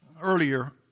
earlier